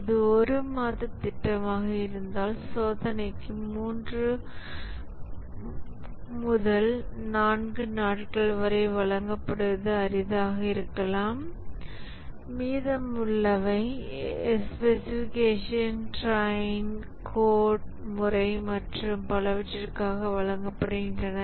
இது 1 மாத திட்டமாக இருந்தால் சோதனைக்கு 3 4 நாட்கள் வழங்கப்படுவது அரிதாக இருக்கலாம் மீதமுள்ளவை ஸ்பெசிஃபிகேஷன் டிரெயின் கோட் முறை மற்றும் பலவற்றிற்காக வழங்கப்படுகிறது